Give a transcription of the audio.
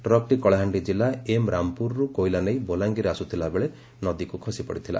ଟ୍ରକ୍ଟି କଳାହାଣ୍ଡି ଜିଲ୍ଲ ଏମ୍ ରାମପୁରରୁ କୋଇଲା ନେଇ ବଲାଙ୍ଗିର ଆସୁଥିଲା ବେଳେ ନଦୀକୁ ଖସିପଡ଼ିଥିଲା